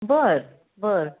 बरं बरं